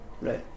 Right